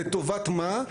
לטובת מה?